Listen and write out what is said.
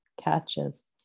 catches